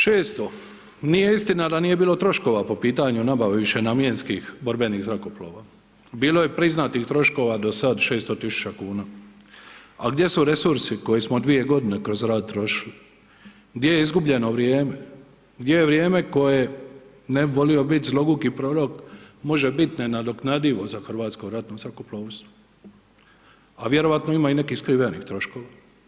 Šesto, nije istina da nije bilo troškova po pitanju nabave višenamjenskih borbenih zrakoplova, bilo je priznatih troškova do sad 600 000 kn, a gdje su resursi koje smo dvije godine kroz rad trošili, gdje je izgubljeno vrijeme, gdje je vrijeme koje, ne bi volio bit zloguki prorok, može bit nenadoknadivo za Hrvatsko ratno zrakoplovstvo, a vjerojatno ima i nekih skrivenih troškova.